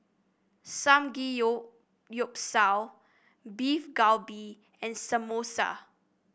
Samgeyopsal Beef Galbi and Samosa